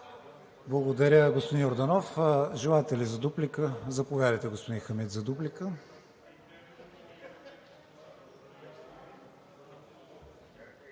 Благодаря, господин Йорданов. Желаете ли дуплика? Заповядайте, господин Хамид, за дуплика.